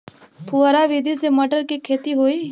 फुहरा विधि से मटर के खेती होई